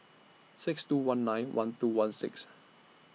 six two one nine one two one six